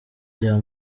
bya